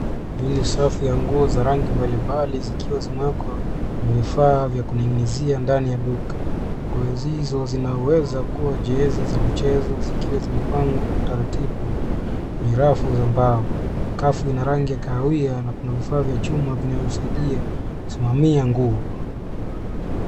Hii ni safu ya nguo za rangi mbalimbali zikiwa zimewekwa kwenye vifaa vya kuning'inizia ndani ya duka. Nguo hizo zinaweza kuwa jezi za michezo, zikiwa zimepangwa kwa utaratibu kwenye rafu za mbao. Sakafu ina rangi ya kahawia na kuna vifaa vya chuma vinavyosaidia kusimamia nguo.